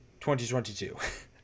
2022